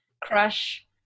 crush –